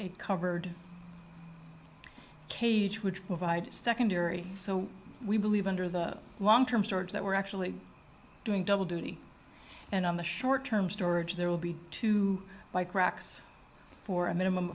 it covered cage which provides a secondary so we believe under the long term storage that we're actually doing double duty and on the short term storage there will be two bike racks for a minimum